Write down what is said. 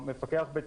שמתקן הגז מסומן